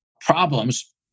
problems